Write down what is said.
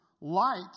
light